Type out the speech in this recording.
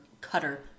Cutter